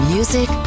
Music